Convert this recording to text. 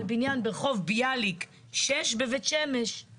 על בניין ברחוב ביאליק 6 בבית שמש.